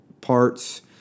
parts